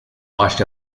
washed